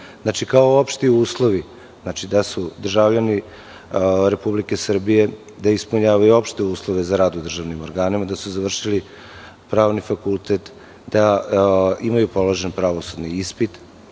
kao opšti uslovi - da su državljani Republike Srbije, da ispunjavaju opšte uslove za rad u državnim organima, da su završili Pravni fakultet, da imaju položen pravosudni ispit,